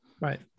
right